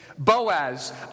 Boaz